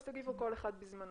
אז תגיבו כל אחד בזמנו.